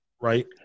Right